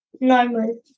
Normal